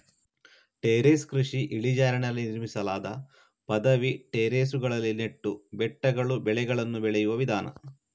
terrace ಕೃಷಿ ಇಳಿಜಾರಿನಲ್ಲಿ ನಿರ್ಮಿಸಲಾದ ಪದವಿ ಟೆರೇಸುಗಳಲ್ಲಿ ನೆಟ್ಟು ಬೆಟ್ಟಗಳು ಬೆಳೆಗಳನ್ನು ಬೆಳೆಯುವ ವಿಧಾನ